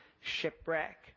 shipwreck